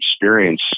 experience